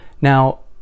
Now